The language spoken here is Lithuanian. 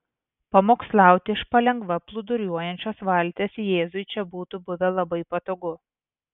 pamokslauti iš palengva plūduriuojančios valties jėzui čia būtų buvę labai patogu